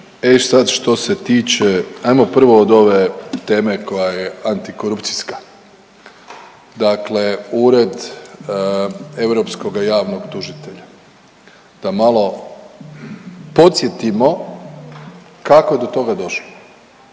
E sad što se tiče ajmo prvo od ove teme koja je antikorupcijska. Dakle, Ured europskoga javnog tužitelja da malo podsjetimo kako je do toga došlo,